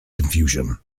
confusion